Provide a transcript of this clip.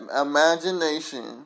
imagination